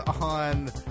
on